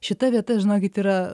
šita vieta žinokit yra